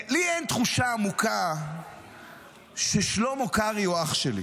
לי אין תחושה עמוקה ששלמה קרעי הוא אח שלי.